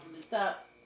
Stop